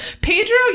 Pedro